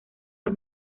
los